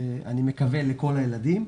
אני מקווה, לכל הילדים.